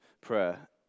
prayer